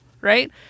right